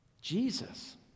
Jesus